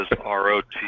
R-O-T